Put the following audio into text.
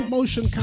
Motion